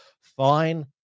fine